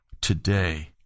today